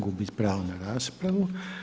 Gubi pravo na raspravu.